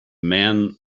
men